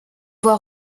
voie